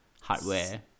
hardware